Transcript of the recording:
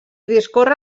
discorre